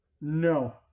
No